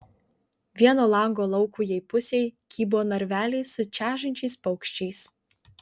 vieno lango laukujėj pusėj kybo narveliai su čežančiais paukščiais